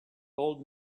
old